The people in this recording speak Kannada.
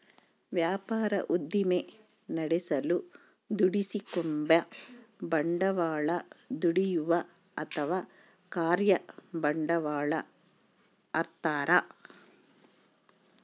ವ್ಯಾಪಾರ ಉದ್ದಿಮೆ ನಡೆಸಲು ದುಡಿಸಿಕೆಂಬ ಬಂಡವಾಳ ದುಡಿಯುವ ಅಥವಾ ಕಾರ್ಯ ಬಂಡವಾಳ ಅಂತಾರ